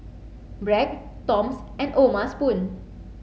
Bragg Toms and O'ma spoon